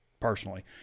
personally